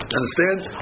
Understands